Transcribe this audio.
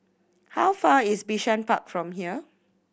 how far is Bishan Park from here